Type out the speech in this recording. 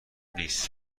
نیس